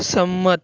સંમત